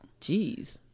Jeez